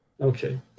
Okay